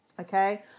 okay